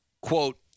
quote